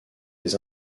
des